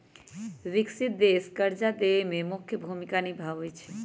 विकसित देश कर्जा देवे में मुख्य भूमिका निभाई छई